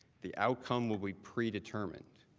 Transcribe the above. the outcome will be predetermined.